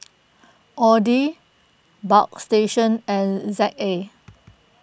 Audi Bagstationz and Z A